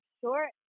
short